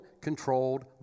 controlled